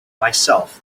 myself